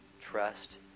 trust